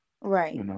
Right